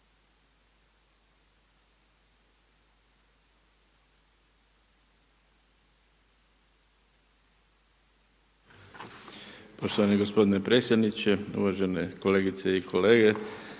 Poštovani gospodine predsjedniče, uvažene kolegice i kolege.